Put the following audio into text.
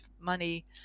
money